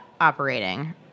operating